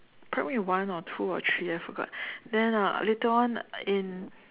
primary one or two or three I forgot then uh later on in